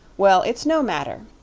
well, it's no matter,